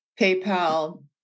PayPal